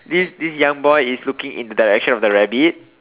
this this young boy is looking in the direction of the rabbit